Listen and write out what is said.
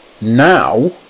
now